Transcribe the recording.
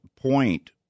point